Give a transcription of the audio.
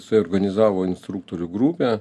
suorganizavo instruktorių grupę